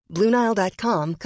BlueNile.com